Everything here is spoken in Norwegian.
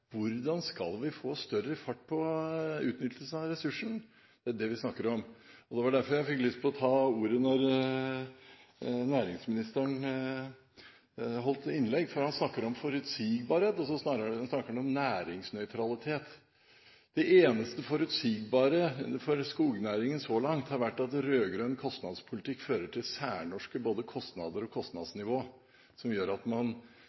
hvordan vi skal få større fart på utnyttelsen av ressursen. Det er det vi snakker om. Det var derfor jeg fikk lyst til å ta ordet da næringsministeren holdt innlegg, for han snakket om forutsigbarhet og næringsnøytralitet. Det eneste forutsigbare for skognæringen så langt har vært at rød-grønn kostnadspolitikk fører til et særnorsk kostnadsnivå, som gjør at man